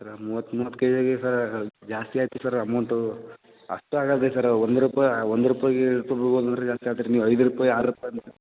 ಸರ ಮೂವತ್ತು ಮೂವತ್ತು ಕೆ ಜಿಗೆ ಸರ್ ಜಾಸ್ತಿ ಆಗ್ತದ್ ಸರ್ ಅಮೌಂಟೂ ಅಷ್ಟು ಆಗೋಲ್ರೀ ಸರ ಒಂದು ರೂಪಾಯಿ ಒಂದು ರೂಪಾಯಿಗೆ ತೊಗೊಬೇಕಂತಂದ್ರೆ ಜಾಸ್ತಿ ಆಗ್ತದ್ ರೀ ನೀವು ಐದು ರೂಪಾಯಿ ಆರು ರೂಪಾಯಿ